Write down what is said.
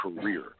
career